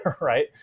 right